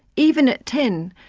even at ten,